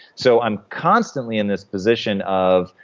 so i'm constantly in this position of,